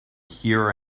here